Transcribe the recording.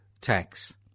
tax